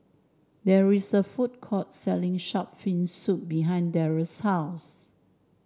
there is a food court selling shark's fin soup behind Darell's house